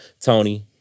Tony